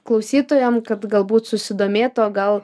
klausytojam kad galbūt susidomėtų o gal